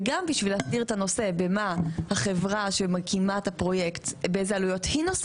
וגם כדי להסדיר באלו עלויות החברה שמקימה את הפרויקט נושאת,